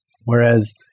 Whereas